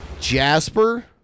Jasper